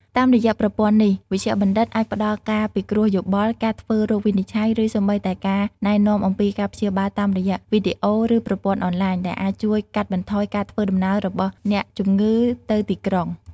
តាមរយៈប្រព័ន្ធនេះ វេជ្ជបណ្ឌិតអាចផ្តល់ការពិគ្រោះយោបល់ ការធ្វើរោគវិនិច្ឆ័យ ឬសូម្បីតែការណែនាំអំពីការព្យាបាលតាមរយៈវីដេអូ ឬប្រព័ន្ធអនឡាញ ដែលអាចជួយកាត់បន្ថយការធ្វើដំណើររបស់អ្នកជំងឺទៅទីក្រុង។